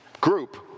group